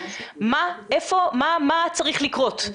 מה צריך לקרות,